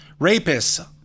rapists